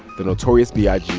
the notorious b i g.